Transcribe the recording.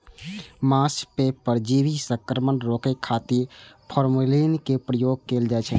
माछ मे परजीवी संक्रमण रोकै खातिर फॉर्मेलिन के उपयोग कैल जाइ छै